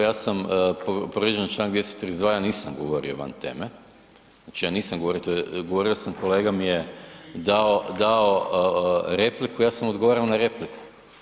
Ja sam, povrijeđen je članak 232. ja nisam govorio van teme, znači ja nisam govorio, govorio sam, kolega mi je dao replika, ja sam mu odgovarao na repliku.